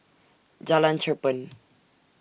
Jalan Cherpen